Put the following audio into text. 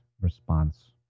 response